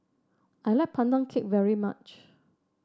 I like Pandan Cake very much